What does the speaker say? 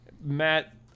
Matt